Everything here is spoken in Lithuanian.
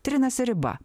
trinasi riba